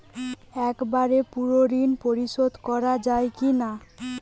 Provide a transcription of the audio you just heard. একবারে পুরো ঋণ পরিশোধ করা যায় কি না?